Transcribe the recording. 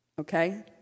Okay